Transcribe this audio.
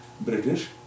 British